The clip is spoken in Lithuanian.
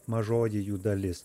mažoji jų dalis